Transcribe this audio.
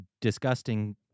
disgusting